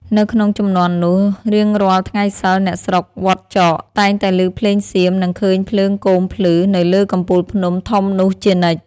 នៅក្នុងជំនាន់នោះ រាងរាល់ថ្ងៃសីលអ្នកស្រុកវត្តចក តែងតែឮភ្លេងសៀម និងឃើញភ្លើងគោមភ្លឺ នៅលើកំពូលភ្នំធំនោះជានិច្ច។